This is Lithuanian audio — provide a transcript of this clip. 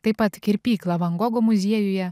taip pat kirpyklą van gogo muziejuje